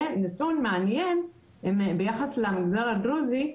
ונתון מעניין ביחס למגזר הדרוזי,